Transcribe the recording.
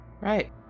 Right